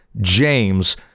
James